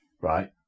right